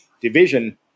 division